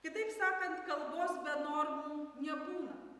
kitaip sakant kalbos be normų nebūna